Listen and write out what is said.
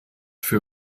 für